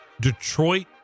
Detroit